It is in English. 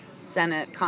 Senate